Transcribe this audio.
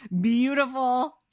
beautiful